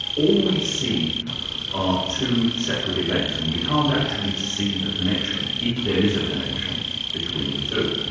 all we see are two separate events and we can't actually see the connection, if there is a connection between the two.